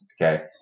Okay